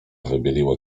wybieliło